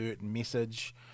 message